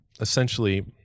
essentially